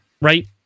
right